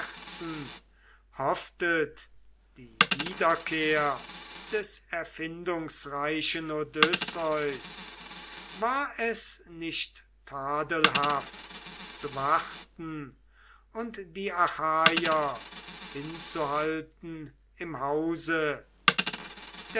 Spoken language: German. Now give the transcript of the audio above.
hofftet die wiederkehr des erfindungsreichen odysseus war es nicht tadelhaft zu warten und die achaier hinzuhalten im hause